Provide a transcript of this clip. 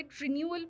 renewal